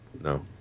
No